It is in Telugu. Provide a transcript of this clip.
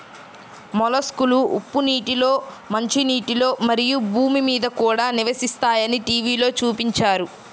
మొలస్క్లు ఉప్పు నీటిలో, మంచినీటిలో, మరియు భూమి మీద కూడా నివసిస్తాయని టీవిలో చూపించారు